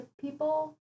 people